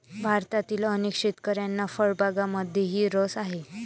भारतातील अनेक शेतकऱ्यांना फळबागांमध्येही रस आहे